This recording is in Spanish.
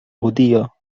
judío